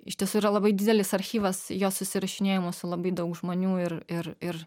iš tiesų yra labai didelis archyvas jos susirašinėjimų su labai daug žmonių ir ir ir